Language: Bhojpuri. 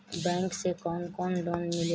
बैंक से कौन कौन लोन मिलेला?